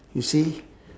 you see